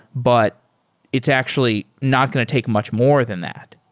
but it's actually not going to take much more than that.